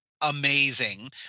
amazing